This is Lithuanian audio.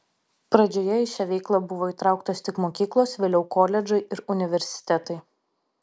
pradžioje į šią veiklą buvo įtrauktos tik mokyklos vėliau koledžai ir universitetai